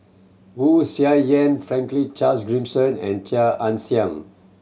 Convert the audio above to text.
Wu Tsai Yen Franklin Charles Gimson and Chia Ann Siang